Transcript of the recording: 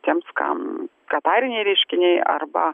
tiems kam katariniai reiškiniai arba